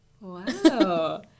Wow